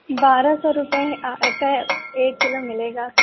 بارہ سو روپیے کا ایک کلو ملے گا